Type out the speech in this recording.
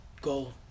goal